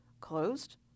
Closed